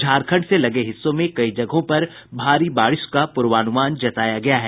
झारखंड से लगे हिस्सों में कई जगहों पर भारी बारिश का पूर्वानुमान जताया गया है